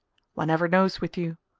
one never knows, with you.